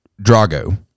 Drago